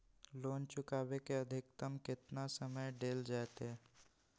Loan चुकाबे के अधिकतम केतना समय डेल जयते?